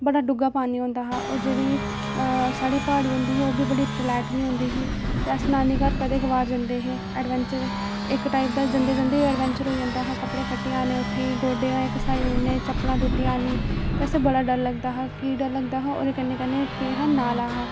बड़ा डूंह्गा पानी होंदा हा ओह् जेह्ड़ी साढ़ी प्हाड़ी होंदी ही ओह् बी तलैह्टनी होंदी ही ते अस नानी घर कदें कबार जंदे हे ए़डवैंचर इक टाइप दा जंदे जंदे ई एडवैंचर होई जंदा हा कपड़े फट्टी जाने उत्थै गोड्डे असें घसाई ओड़ने चप्पलां टुट्टी जानियां ते असें ई बड़ा लगदा हा कि की डर लगदा हा ओह्दे कन्नै कन्नै केह् हा नाला हा